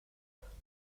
ماکردیم